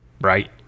right